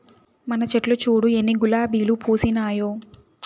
మన చెట్లు చూడు ఎన్ని గులాబీలు పూసినాయో